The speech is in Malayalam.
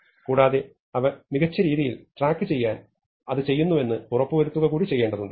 കൂടാതെ അവ മികച്ച രീതിയിൽ ട്രാക്ക് ചെയ്യാൻ അത് ചെയ്യുന്നുവെന്ന് ഉറപ്പുവരുത്തുക കൂടി ചെയ്യേണ്ടതുണ്ട്